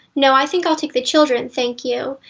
no, i think i'll take the children, thank you.